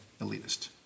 elitist